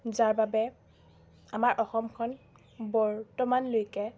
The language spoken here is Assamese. যাৰ বাবে আমাৰ অসমখন বৰ্তমানলৈকে